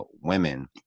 women